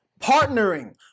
partnering